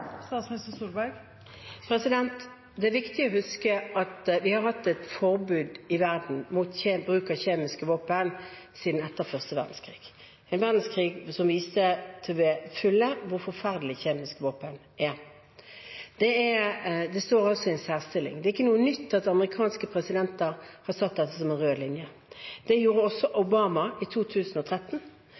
Det er viktig å huske at vi har hatt et forbud i verden mot bruk av kjemiske våpen siden etter første verdenskrig – en verdenskrig som viste til fulle hvor forferdelig kjemiske våpen er. Det står altså i en særstilling. Det er ikke noe nytt at amerikanske presidenter har satt dette som en rød linje. Det gjorde også Obama i